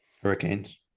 Hurricanes